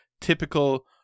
typical